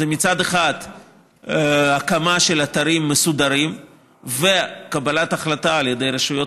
זה מצד אחד הקמה של אתרים מסודרים וקבלת החלטה על ידי רשויות